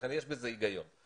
לכן יש בזה הגיון.